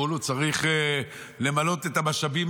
"ויעבור את מרשה.